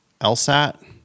LSAT